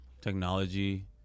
technology